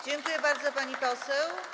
Dziękuję bardzo, pani poseł.